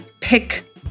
pick